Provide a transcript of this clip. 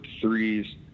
threes